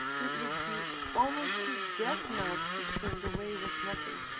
it would be almost his death now to be turned away with nothing.